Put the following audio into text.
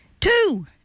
Two